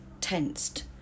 tensed